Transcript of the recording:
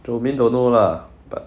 jomin don't know lah but